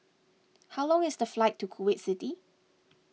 how long is the flight to Kuwait City